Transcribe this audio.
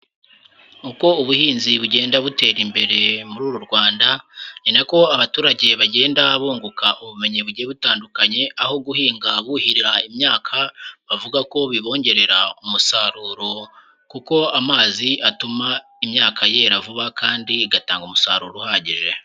Uko ubuhinzi bugenda butera imbere muri uru Rwanda, ni nako abaturage bagenda bunguka ubumenyi bugiye butandukanye aho guhinga buhirira imyaka, bavuga ko bibongerera umusaruro, kuko amazi atuma imyaka yera vuba kandi igatanga umusaruro uhagije.